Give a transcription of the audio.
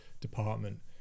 department